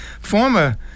former